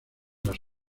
los